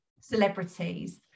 celebrities